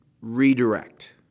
redirect